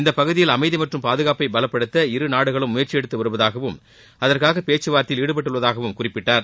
இந்த பகுதியில் அமைதி மற்றும் பாதுகாப்பை பலப்படுத்த இரு நாடுகளும் முயற்சி எடுத்து வருவதாகவும் அதற்காக பேச்சுவார்த்தையில் ஈடுபட்டுள்ளதாகவும குறிப்பிட்டார்